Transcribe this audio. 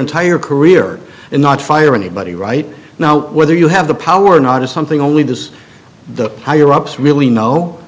entire career and not fire anybody right now whether you have the power or not is something only does the higher ups really know